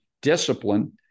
discipline